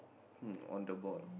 hmm on the ball